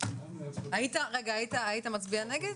היית מצביע נגד?